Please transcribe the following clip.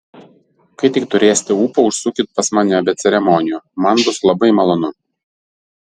kai tik turėsite ūpo užsukit pas mane be ceremonijų man bus labai malonu